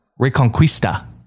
Reconquista